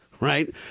Right